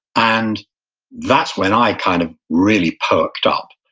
and that's when i kind of really perked up,